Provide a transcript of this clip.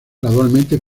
gradualmente